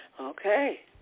Okay